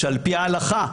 שעל פי ההלכה כהבנתם,